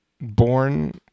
born